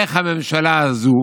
איך הממשלה הזו